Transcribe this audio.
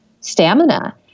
stamina